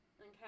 Okay